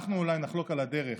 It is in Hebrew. אנחנו אולי נחלוק על הדרך,